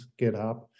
GitHub